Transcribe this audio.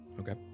okay